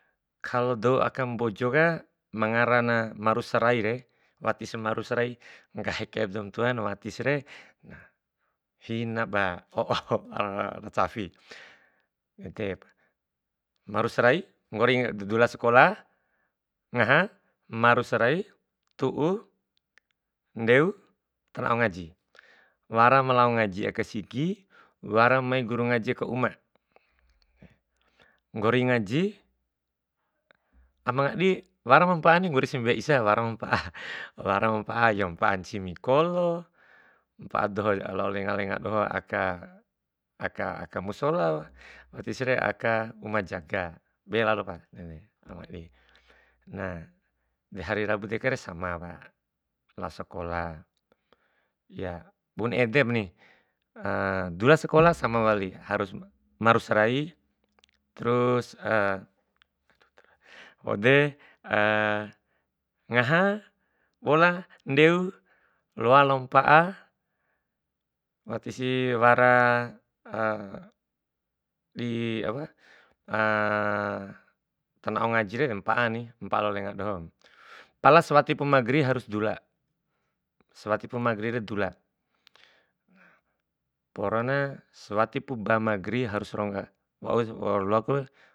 Kalo dou aka mbojoka ma ngarana maru serai re, wati si maru serai nggahi kaib dou mantuana watisre na hina mba o'o ra cafi maru serai nggore de- de dula sekola, ngaha, maru serai, tu'u, ndeu, ta nao ngaji. Wara ma lao ngaji aka sigi, wara ma mai guru ngaji aka uma, nggori ngaji wara mampa'a ni wara mampa'a nggori sambea isa, wara ma mpa'a ncimi kolo, mpa'a doho lao lenga lenga doho aka, aka musola watise aka uma jaga be lalopa. Na hari rabu deka samap lao sekola ya bune edepani dula sekola sama walip harus ma- maru seraini terus waude ngaha, bola, lao ndeu, loa lau pa'a, watisi wara di apa ta na'o ngajire mpa'a ni, mpa'a lao lenga doho, pala sewatipu ba mageri harus dula, sewatipu ba mageri de dula, porona sewatipu ba mageri harus rongga, loaku.